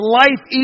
life